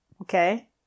Okay